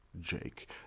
jake